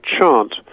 chant